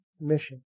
mission